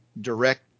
direct